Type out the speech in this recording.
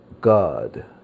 God